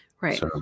Right